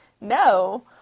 No